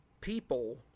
people